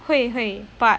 会会 but